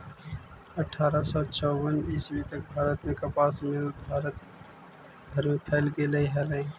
अट्ठारह सौ चौवन ईस्वी तक भारत में कपास मिल भारत भर में फैल गेले हलई